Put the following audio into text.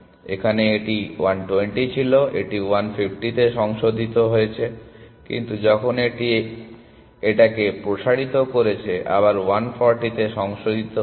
এখানে এটি 120 ছিল এটি 150 এ সংশোধিত হয়েছে কিন্তু যখন এটি এটিকে প্রসারিত করেছে আবার 140 এ সংশোধিত হয়েছে